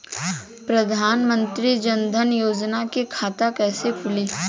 प्रधान मंत्री जनधन योजना के खाता कैसे खुली?